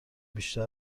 بیشتر